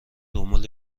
دنبال